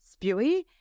spewy